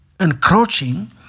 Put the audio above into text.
encroaching